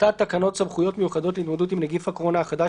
"טיוטת תקנות סמכויות מיוחדות להתמודדות עם נגיף הקורונה החדש